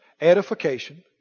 Edification